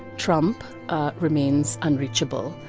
trump remains unreachable,